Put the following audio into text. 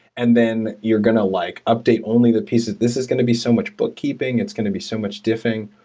and then you're going to like update only the piece this is going to be so much bookkeeping. it's going to be so much diffing.